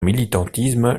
militantisme